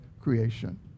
creation